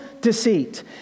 deceit